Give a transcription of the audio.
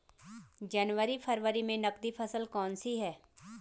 जनवरी फरवरी में नकदी फसल कौनसी है?